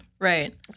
Right